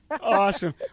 Awesome